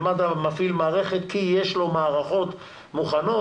ומד"א מפעיל מערכת כי יש לו מערכות מוכנות,